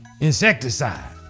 insecticide